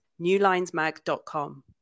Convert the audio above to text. newlinesmag.com